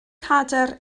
cadair